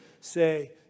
say